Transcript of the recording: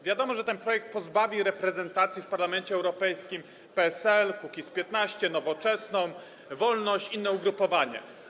Wiadomo, że ten projekt pozbawi reprezentacji w Parlamencie Europejskim PSL, Kukiz’15, Nowoczesną, Wolność i inne ugrupowania.